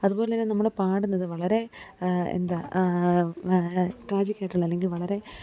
അതുപോലത്തന്നെ നമ്മൾപാടുന്നത് വളരെ എന്താ ട്രാജിയ്ക്കായിട്ടുള്ള അല്ലെങ്കിൽ വളരെ